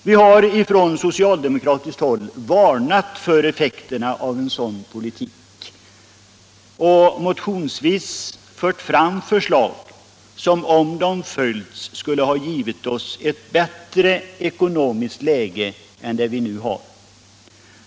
Vi har från socialdemokratiskt håll varnat för effekterna av en sådan politik och motionsvis fört fram förslag som, om de följts, skulle ha givit oss ett bättre ekonomiskt läge än det vi nu har.